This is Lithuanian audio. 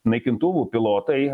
naikintuvų pilotai